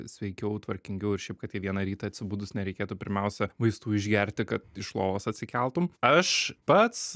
sveikiau tvarkingiau ir šiaip kad kiekvieną rytą atsibudus nereikėtų pirmiausia vaistų išgerti kad iš lovos atsikeltum aš pats